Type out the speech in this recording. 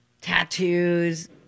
tattoos